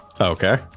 Okay